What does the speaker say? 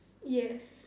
yes